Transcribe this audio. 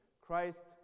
Christ